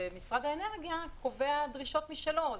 ומשרד האנרגיה קובע דרישות משלו.